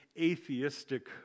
atheistic